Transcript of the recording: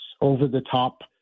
over-the-top